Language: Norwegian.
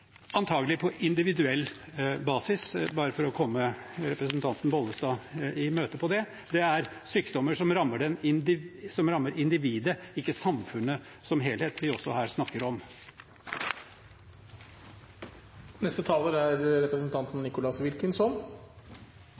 på individuell basis, bare for å komme representanten Bollestad i møte på det. Det er sykdommer som rammer individ, ikke samfunnet som helhet, vi også her snakker